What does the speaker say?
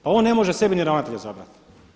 Pa on ne može sebi niti ravnatelja izabrati.